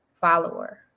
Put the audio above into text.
follower